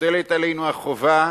מוטלת עלינו החובה